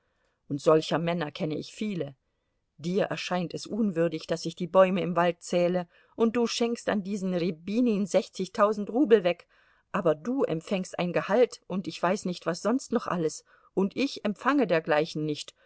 und solcher männer kenne ich viele dir erscheint es unwürdig daß ich die bäume im walde zähle und du schenkst an diesen rjabinin sechzigtausend rubel weg aber du empfängst ein gehalt und ich weiß nicht was sonst noch alles und ich empfange dergleichen nicht